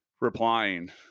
replying